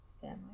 Family